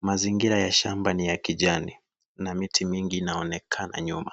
mazingira ya shamba ni ya kijani na miti mingi inaonekana nyuma.